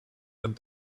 and